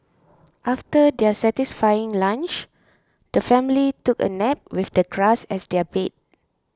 after their satisfying lunch the family took a nap with the grass as their bed